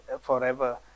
forever